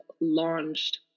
launched